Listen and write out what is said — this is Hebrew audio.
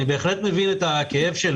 אני בהחלט מבין את כאבו,